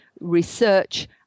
research